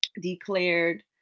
declared